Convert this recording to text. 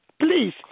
please